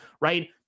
right